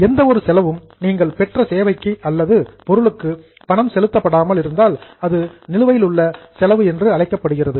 எந்த ஒரு செலவும் நீங்கள் பெற்ற சேவைக்கு அல்லது பொருளுக்கு பணம் செலுத்தப்படாமல் இருந்தால் அது நிலுவையிலுள்ள செலவு என்று அழைக்கப்படுகிறது